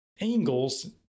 angles